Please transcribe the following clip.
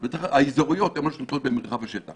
שהן נמצאות במרחב השטח.